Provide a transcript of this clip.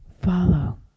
Follow